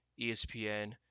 ESPN